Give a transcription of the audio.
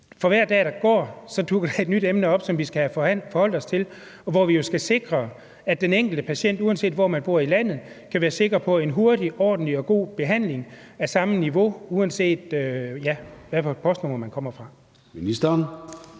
For hver dag der går, dukker et nyt emne op, som vi skal forholde os til. Og vi skal sikre, at den enkelte patient, uanset hvor de bor i landet, kan være sikker på en hurtig, ordentlig og god behandling af samme niveau, uanset hvad for et postnummer de kommer fra. Kl.